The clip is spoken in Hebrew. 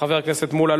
חבר הכנסת מולה,